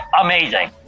amazing